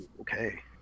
Okay